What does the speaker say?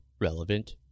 relevant